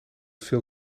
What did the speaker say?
veel